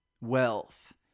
wealth